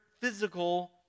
physical